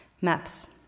Maps